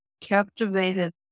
captivated